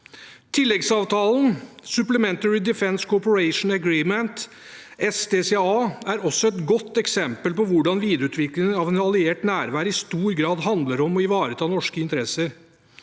Agreement, SDCA, er også et godt eksempel på hvordan videreutvikling av et alliert nærvær i stor grad handler om å ivareta norske interesser.